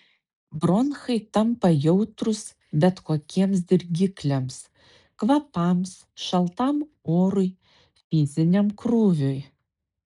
bronchai tampa jautrūs bet kokiems dirgikliams kvapams šaltam orui fiziniam krūviui